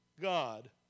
God